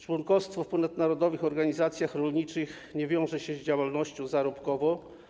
Członkostwo w ponadnarodowych organizacjach rolniczych nie wiąże się z działalnością zarobkową.